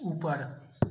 ऊपर